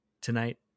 tonight